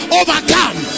overcome